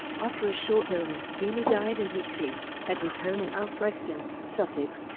after a short illness healey died in his sleep at his home in alfriston, sussex,